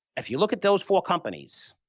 if you look at those four companies,